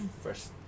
first